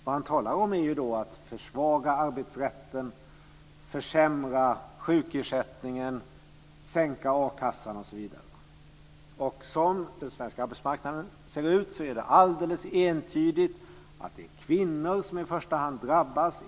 Vad han talar om är att försvaga arbetsrätten, försämra sjukersättningen, sänka a-kassan osv. Som den svenska arbetsmarknaden ser ut är det alldeles entydigt att det är kvinnor som i första hand drabbas.